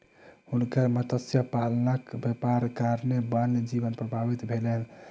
हुनकर मत्स्य पालनक व्यापारक कारणेँ वन्य जीवन प्रभावित भेलैन